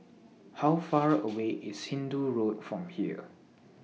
How Far away IS Hindoo Road from here